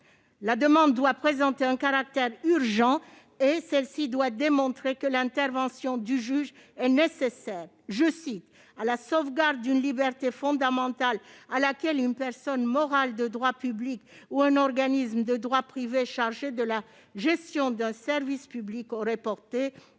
la demande doit présenter un caractère urgent et elle doit démontrer que l'intervention du juge est nécessaire « à la sauvegarde d'une liberté fondamentale à laquelle une personne morale de droit public ou un organisme de droit privé chargé de la gestion d'un service public aurait porté,